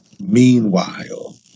Meanwhile